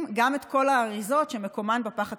גם את כל האריזות שמקומן בפח הכתום.